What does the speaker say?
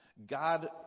God